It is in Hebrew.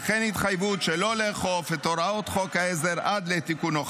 וכן התחייבות שלא לאכוף את הוראות חוק העזר עד לתיקונו.